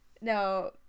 no